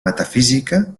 metafísica